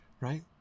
right